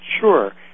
Sure